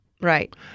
Right